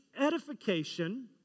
edification